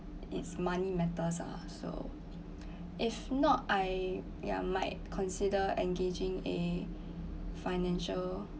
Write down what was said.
it's money matters ah so if not I ya might consider engaging a financial